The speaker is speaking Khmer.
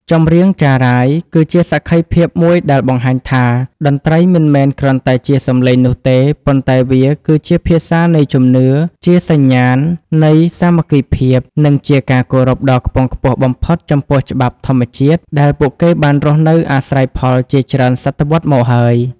ចម្រៀងចារាយគឺជាសក្ខីភាពមួយដែលបង្ហាញថា តន្ត្រីមិនមែនគ្រាន់តែជាសម្លេងនោះទេ ប៉ុន្តែវាគឺជាភាសានៃជំនឿ ជាសញ្ញាណនៃសាមគ្គីភាព និងជាការគោរពដ៏ខ្ពង់ខ្ពស់បំផុតចំពោះច្បាប់ធម្មជាតិដែលពួកគេបានរស់នៅអាស្រ័យផលជាច្រើនសតវត្សមកហើយ។